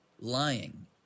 lying